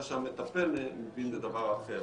מה שהמטפל מבין זה דבר אחר.